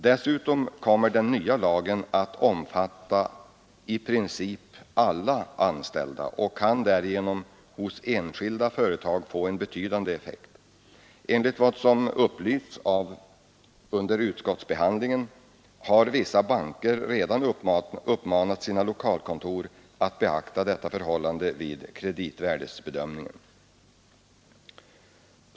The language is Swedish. Dessutom kommer den nya lagen att omfatta i princip alla anställda och kan därigenom hos enskilda företag få en betydande effekt. Enligt vad som upplysts under utskottsbehandlingen har vissa banker redan uppmanat sina lokalkontor att beakta ålderssammansättningen i företag vid kreditvärdighetsbedömningen.